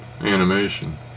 Animation